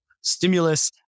stimulus